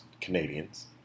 canadians